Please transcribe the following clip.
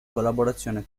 collaborazione